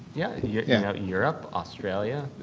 yeah yeah. yeah. europe, australia.